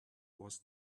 was